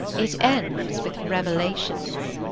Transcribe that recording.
it ends with revelations.